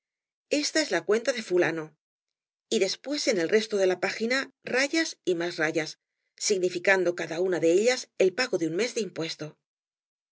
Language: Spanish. esta es la cuenta de fulano y después en el resto de la página rayas y más rayas significando cada una de ellas el pago de un mes de impuesto